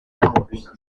dollars